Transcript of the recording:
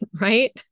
right